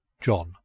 John